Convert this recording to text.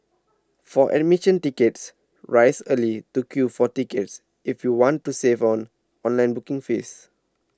for admission tickets rise early to queue for tickets if you want to save on online booking fees